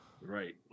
Right